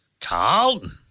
Carlton